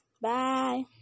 Bye